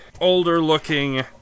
older-looking